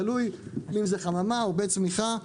תלוי אם זאת חממה או בית צמיחה.